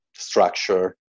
structure